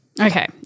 Okay